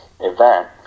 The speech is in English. event